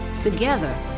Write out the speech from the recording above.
Together